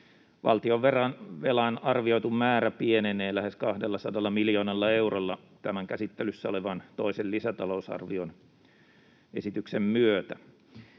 valtionvelan arvioitu määrä pienenee lähes 200 miljoonalla eurolla tämän käsittelyssä olevan toisen lisätalousarvioesityksen myötä.